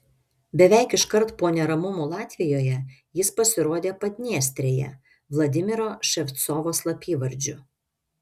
beveik iškart po neramumų latvijoje jis pasirodė padniestrėje vladimiro ševcovo slapyvardžiu